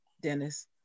Dennis